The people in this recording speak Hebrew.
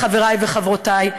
חבריי וחברותיי,